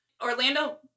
Orlando